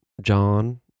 John